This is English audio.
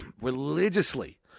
religiously